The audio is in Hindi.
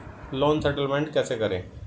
लोन सेटलमेंट कैसे करें?